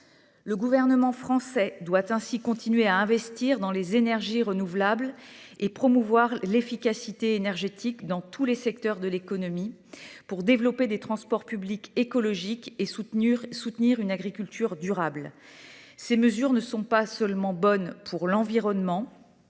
Le gouvernement français doit ainsi continuer à investir dans les énergies renouvelables et promouvoir l’efficacité énergétique dans tous les secteurs de l’économie, pour développer des transports publics écologiques et soutenir une agriculture durable. Ces mesures sont non seulement bonnes pour l’environnement,